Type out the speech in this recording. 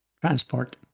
Transport